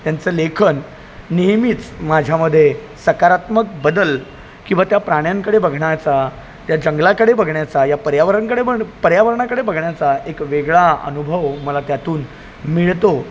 त्यांचं लेखन नेहमीच माझ्यामध्ये सकारात्मक बदल किंवा त्या प्राण्यांकडे बघण्याचा त्या जंगलाकडे बघण्याचा या पर्यावरणकडे पण पर्यावरणाकडे बघण्याचा एक वेगळा अनुभव मला त्यातून मिळतो